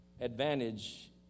advantage